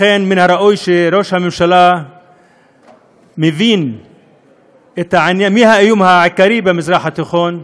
לכן מן הראוי שראש הממשלה יבין מה האיום העיקרי במזרח התיכון,